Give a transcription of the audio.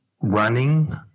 running